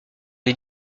des